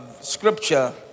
scripture